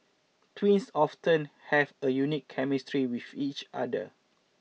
twins often have a unique chemistry with each other